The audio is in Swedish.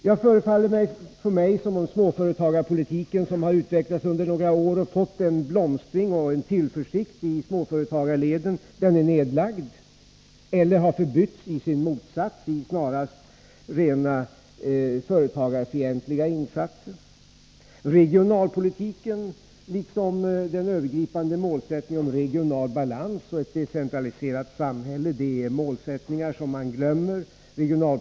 Det förefaller mig som om småföretagarpolitiken, som hade utvecklats under några år och fått till följd en blomstring och tillförsikt i småföretagarleden, är nedlagd. Den småföretagarvänliga politiken har förbytts i sin motsats — det är snarast rent företagarfientliga insatser som nu görs. Regionalpolitiken ligger i dag för fäfot. Man glömmer den övergripande målsättningen om regional balans och ett decentraliserat samhälle. Det finns många exempel på detta.